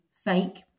fake